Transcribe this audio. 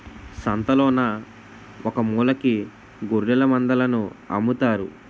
సంతలోన ఒకమూలకి గొఱ్ఱెలమందలను అమ్ముతారు